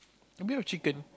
a bit of chicken